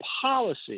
policy